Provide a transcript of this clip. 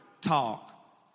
talk